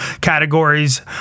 categories